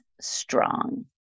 strong